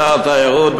שר התיירות,